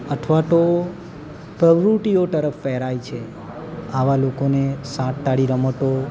અથવા તો પ્રવૃતિઓ તરફ પ્રેરાય છે આવા લોકોને સાત તાળી રમતો